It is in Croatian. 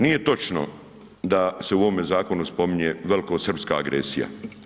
Nije točno da se u ovome zakonu spominje velikosrpska agresija.